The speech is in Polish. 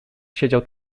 siedział